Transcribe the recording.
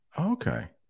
Okay